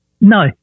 No